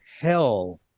hell